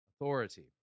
authority